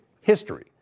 history